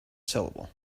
syllable